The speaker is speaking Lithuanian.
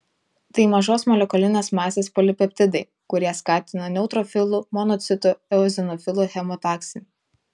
tai mažos molekulinės masės polipeptidai kurie skatina neutrofilų monocitų eozinofilų chemotaksį